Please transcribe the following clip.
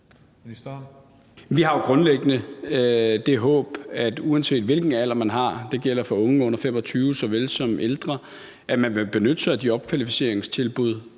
Vi har grundlæggende det håb, at uanset hvilken alder man har, og det gælder for såvel unge under 25 år som ældre, vil man benytte sig af de opkvalificeringstilbud,